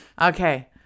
Okay